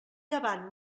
llevant